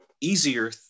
easier